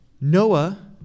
Noah